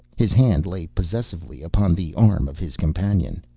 his hand lay possessively upon the arm of his companion.